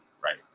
right